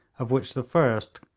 of which the first,